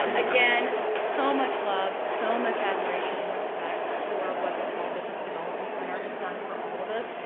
again, so much love, so much admiration and respect for what the small business development center has done for all of us.